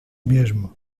mesmo